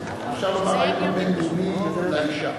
אפשר לומר: היום הבין-לאומי לאשה,